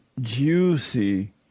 juicy